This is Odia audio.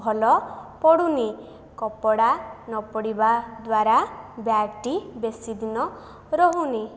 ଭଲ ପଡ଼ୁନି କପଡ଼ା ନପଡ଼ିବା ଦ୍ଵାରା ବ୍ୟାଗ୍ଟି ବେଶୀ ଦିନ ରହୁନି